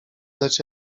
lecz